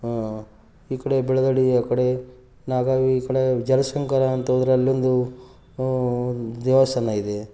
ಈ ಕಡೆ ಬೆಳದಡಿಯ ಕಡೆ ನಾಗಾವಿ ಕಡೆ ಜಲ ಶಂಕರ ಅಂತ್ಹೋದ್ರೆ ಅಲ್ಲೊಂದು ದೇವಸ್ಥಾನ ಇದೆ